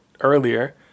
earlier